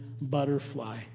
butterfly